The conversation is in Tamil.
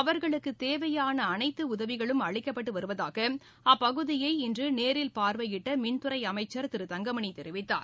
அவர்களுக்குத் தேவையான அனைத்து உதவிகளும் அளிக்கப்பட்டு வருவதாக அப்பகுதியை இன்று நேரில் பார்வையிட்ட மின்துறை அமைச்சர் திரு தங்கமணி தெரிவித்தார்